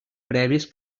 premis